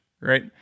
Right